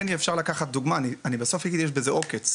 דווקא מזה כן יהיה אפשר לקחת את הדוגמא ואני בסוף אגיד שיש בזה עוקץ,